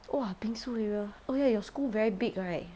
!wah! bingsu area oh ya your school very big right